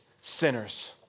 sinners